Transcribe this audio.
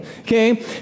okay